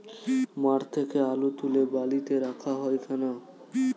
মাঠ থেকে আলু তুলে বালিতে রাখা হয় কেন?